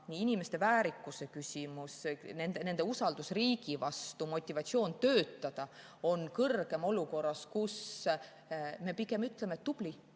inimeste väärikus, nende usaldus riigi vastu kui ka motivatsioon töötada on kõrgem olukorras, kus me pigem ütleme: "Tubli!